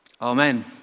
Amen